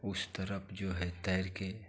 उस तरफ जो है तैरके